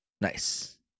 Nice